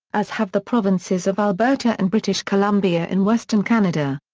as have the provinces of alberta and british columbia in western canada.